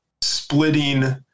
splitting